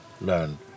learn